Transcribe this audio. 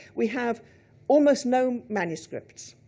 we have almost no manuscripts.